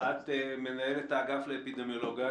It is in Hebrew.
את מנהל אגף לאפידמיולוגיה.